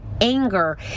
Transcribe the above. anger